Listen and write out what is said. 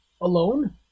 alone